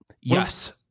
Yes